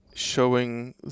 showing